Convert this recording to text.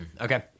Okay